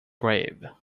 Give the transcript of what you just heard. grave